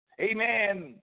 amen